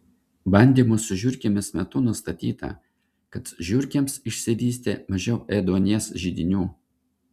bandymų su žiurkėmis metu nustatyta kad žiurkėms išsivystė mažiau ėduonies židinių